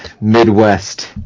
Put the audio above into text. Midwest